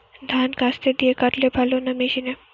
ধান কাস্তে দিয়ে কাটলে ভালো না মেশিনে?